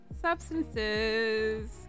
substances